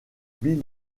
bill